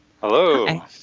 Hello